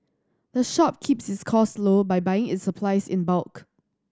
the shop keeps its cost low by buying its supplies in bulk